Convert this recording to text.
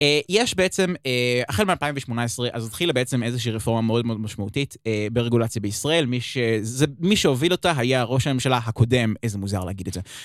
יש בעצם, החל ב-2018, אז התחילה בעצם איזושהי רפורמה מאוד מאוד משמעותית ברגולציה בישראל, מי שהוביל אותה היה הראש הממשלה הקודם, איזה מוזר להגיד את זה.